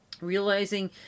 Realizing